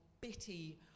bitty